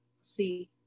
see